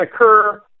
occur